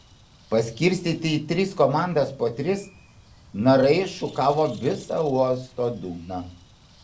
paskirstyti į tris komandas po tris narai šukavo visą uosto dugną